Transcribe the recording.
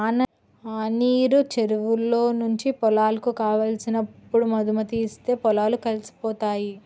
వాననీరు చెరువులో నుంచి పొలాలకు కావలసినప్పుడు మధుముతీస్తే పొలాలు కలిసిపోతాయి